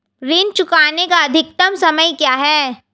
ऋण चुकाने का अधिकतम समय क्या है?